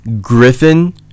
Griffin